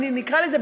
נקרא לזה,